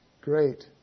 Great